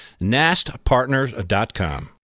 nastpartners.com